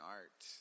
art